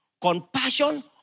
Compassion